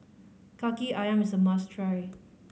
Kaki Ayam is a must try